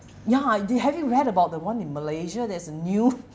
ya I do have you read about the one in malaysia there's a new